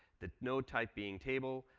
the node type being table.